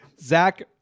Zach